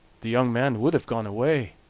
the young man would have gone away,